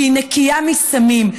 שהיא נקייה מסמים,